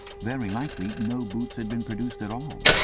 very likely no boots had been produced at all.